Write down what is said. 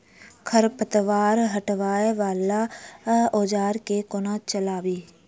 खरपतवार हटावय वला औजार केँ कोना चलाबी?